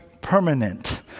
permanent